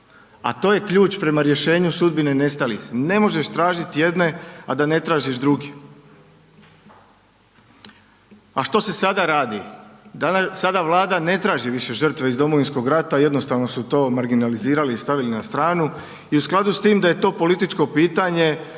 A to je ključ prema rješenju sudbine nestalih. Ne možeš tražiti jedne, a da ne tražiš druge. A što se sada radi? Sada Vlada ne traži više žrtve iz Domovinskog rata, jednostavno su to marginalizirali i stavili na stranu i skladu s tim da je to političko pitanje,